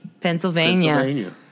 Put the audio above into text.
Pennsylvania